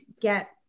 get